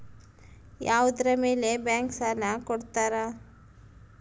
ಯಾವುದರ ಮೇಲೆ ಬ್ಯಾಂಕ್ ಸಾಲ ಕೊಡ್ತಾರ?